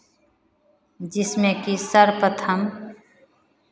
जिसमें कि सर्वप्रथम